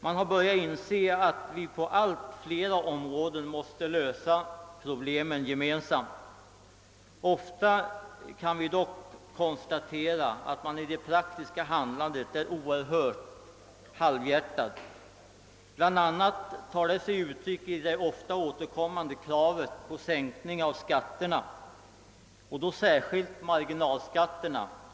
Man har börjat inse att vi på allt fler områden måste lösa problemen gemensamt. Vi kan dock konstatera att man i det praktiska handlandet ofta är oerhört halvhjärtad. Bl. a. tar detta sig uttryck i det ofta återkommande kravet på sänkning av skatterna särskilt marginalskatterna.